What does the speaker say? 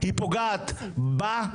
היא פוגעת בה,